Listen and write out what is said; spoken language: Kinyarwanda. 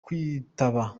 kwitaba